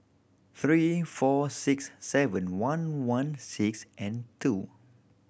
three four six seven one one six and two